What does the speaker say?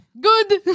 Good